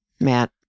Matt